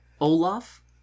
Olaf